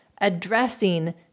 addressing